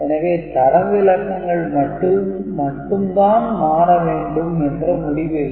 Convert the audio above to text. எனவே தரவு இலக்கங்கள் மட்டும் தான் மாறும் என்ற முடிவு இல்லை